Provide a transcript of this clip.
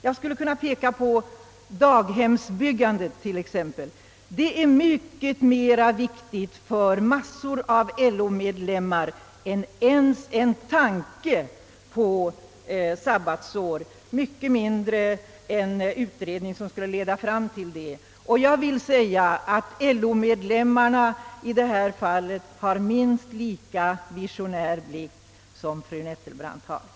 Jag skulle kunna peka på t.ex. daghemsbyggandet, som är mycket viktigare för mängder av LO-medlemmar än ens en tanke på sabbatsår — än mindre en utredning som leder fram till genomförandet av sabbatsår. LO-medlemmarna har i detta fall minst lika visionär blick som fru Nettelbrandt.